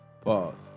Pause